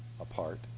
apart